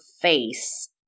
face